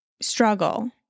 struggle